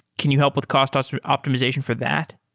can you help with cost sort of optimization for that?